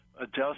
adjust